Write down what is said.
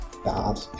bad